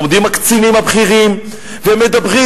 עומדים הקצינים הבכירים והם מדברים,